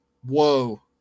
Whoa